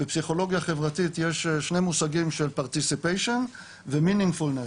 בפסיכולוגיה חברתית יש שני מושגים של participation ו- meaningfulness,